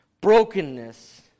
brokenness